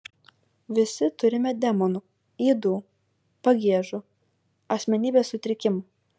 visi turime demonų ydų pagiežų asmenybės sutrikimų